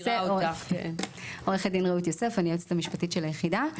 אני היועצת המשפטית של היחידה.